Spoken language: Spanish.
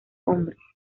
hombres